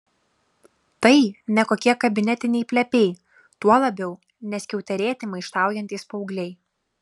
tai ne kokie kabinetiniai plepiai tuo labiau ne skiauterėti maištaujantys paaugliai